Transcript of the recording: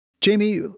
Jamie